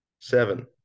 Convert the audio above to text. seven